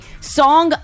song